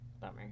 Bummer